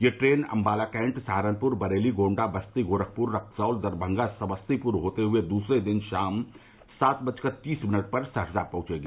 यह train Ambala cantt Saharanpur Bareilly Gonda Basti Gorakhpur Raxaul Darbhanga Samastipur होते हुए दूसरे दिन शाम सात बजकर तीस मिनट पर सहरसा पहुंचेगी